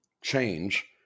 change